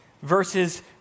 verses